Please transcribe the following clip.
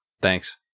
Thanks